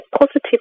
positive